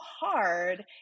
hard